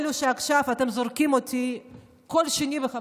אלה שעכשיו אתם זורקים אותי בכל שני וחמישי,